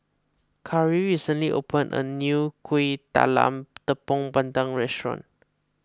Kari recently opened a new Kuih Talam Tepong Pandan Restaurant